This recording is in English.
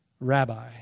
rabbi